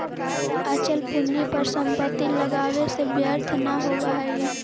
अचल पूंजी पर संपत्ति लगावे से व्यर्थ न होवऽ हई